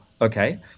okay